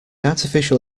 artificial